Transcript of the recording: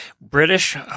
British